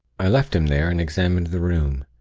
i left him there, and examined the room.